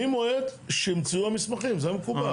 ממועד שהמציאו את המסמכים, זה מקובל.